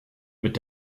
mit